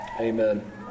Amen